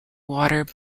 water